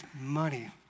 money